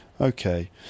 Okay